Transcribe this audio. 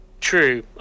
True